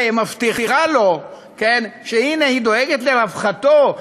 שהיא מבטיחה לו שהנה היא דואגת לרווחתו,